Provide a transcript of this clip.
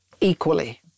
equally